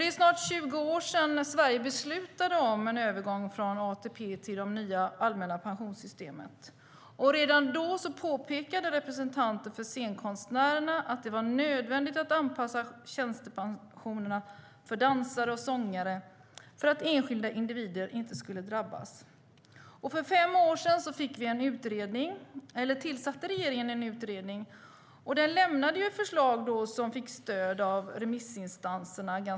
Det är snart 20 år sedan Sverige beslutade om en övergång från ATP till det nya allmänna pensionssystemet. Redan då påpekade representanter för scenkonstnärerna att det var nödvändigt att anpassa tjänstepensionerna för dansare och sångare för att enskilda individer inte skulle drabbas. För fem år sedan tillsatte regeringen en utredning. Den lämnade förslag som fick ganska brett stöd av remissinstanserna.